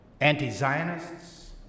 anti-Zionists